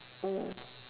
mm